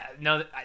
no